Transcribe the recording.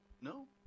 No